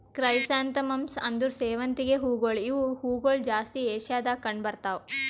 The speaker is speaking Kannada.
ಕ್ರೈಸಾಂಥೆಮಮ್ಸ್ ಅಂದುರ್ ಸೇವಂತಿಗೆ ಹೂವುಗೊಳ್ ಇವು ಹೂಗೊಳ್ ಜಾಸ್ತಿ ಏಷ್ಯಾದಾಗ್ ಕಂಡ್ ಬರ್ತಾವ್